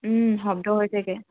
ও শব্দ হৈ থাকে